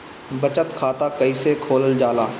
बचत खाता कइसे खोलल जाला?